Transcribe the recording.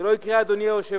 זה לא יקרה, אדוני היושב-ראש,